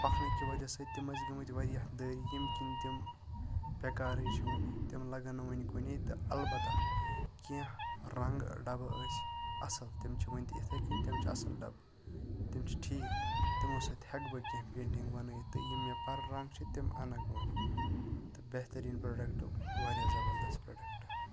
ہۄکھنہٕ کہِ وَجہ سۭتۍ تِم ٲسۍ گٔمٕتۍ واریاہ دٔرۍ ییٚمہِ کِنۍ تِم بیٚکارٕے چھِ وٕنہِ تِم لَگَن نہٕ وۄنۍ کُنے تہٕ اَلبَتہ کینٛہہ رَنٛگ ڈَبہٕ ٲسۍ اصل تِم چھِ وٕنتہِ اِتھے کنۍ تِم چھِ اصل ڈَبہٕ تِم چھِ ٹھیٖک تمو سۭتۍ ہیٚکہٕ بہٕ کینٛہہ پینٛٹِنٛگ بَنٲیِتھ تہٕ یِم مےٚ پَرٕ رَنٛگ چھِ تِم اَنَکھ بہٕ وۄنۍ تہٕ بہتریٖن پروڈَکٹ واریاہ زَبَردَس پروڈَکٹ